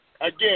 Again